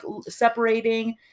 separating